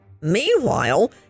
Meanwhile